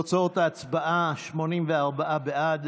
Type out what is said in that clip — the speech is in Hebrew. תוצאות ההצבעה: 84 בעד,